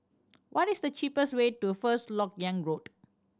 what is the cheapest way to First Lok Yang Road